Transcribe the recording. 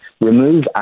remove